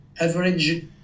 average